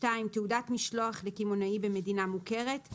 (2)תעודת משלוח לקמעונאי במדינה מוכרת,